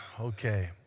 Okay